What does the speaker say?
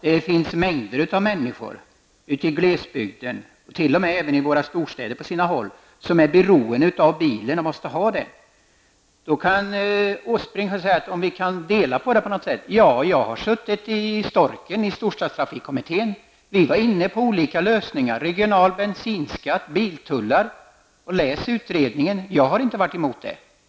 Det finns en mängd människor i glesbygden, och t.o.m. på sina håll i våra storstäder, som är beroende av att ha bil. Erik Åsbrink undrade om vi kunde dela uppfattning. Jag har deltagit i STORK, storstadstrafikkommittén. Vi var inne på olika lösningar: regional bensinskatt, biltullar. Läs utredningen! Jag har inte varit emot det.